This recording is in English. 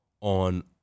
on